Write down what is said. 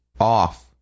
off